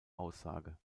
aussage